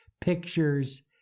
pictures